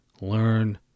learn